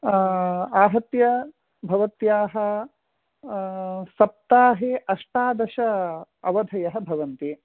आहत्य भवत्याः सप्ताहे अष्टादश अवधयः भवन्ति